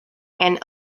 and